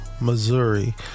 Missouri